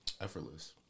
effortless